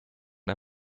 der